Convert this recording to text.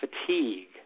fatigue